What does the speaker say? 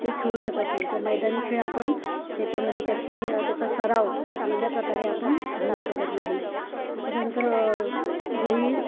ते खेळू शकत नाही किंवा मैदानी खेळ आपण त्याच्यामध्ये त्याची त्याचा सराव चांगल्या प्रकारे आपण घेऊ शकत नाही त्याच्यानंतर जरी